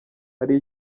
hari